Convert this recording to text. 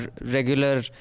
regular